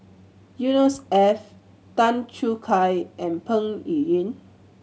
Yusnor Ef Tan Choo Kai and Peng Yuyun